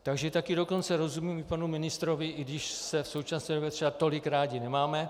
Takže taky dokonce rozumím panu ministrovi, i když se v současné době třeba tolik rádi nemáme.